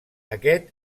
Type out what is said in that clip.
aquest